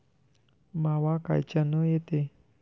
मावा कायच्यानं येते?